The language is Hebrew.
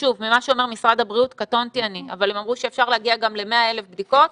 אמרו שאפשר גם להגיע ל-100,000 בדיקות.